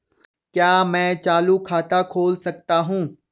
क्या मैं चालू खाता खोल सकता हूँ?